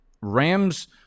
Rams